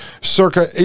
circa